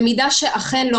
במידה שאכן לא